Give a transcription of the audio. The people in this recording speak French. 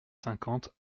cinquante